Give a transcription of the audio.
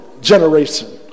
generation